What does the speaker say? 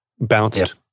bounced